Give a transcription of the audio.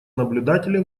наблюдателя